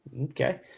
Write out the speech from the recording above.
Okay